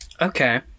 Okay